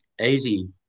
easy